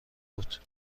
بود